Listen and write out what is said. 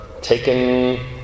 taken